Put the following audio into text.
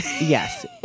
Yes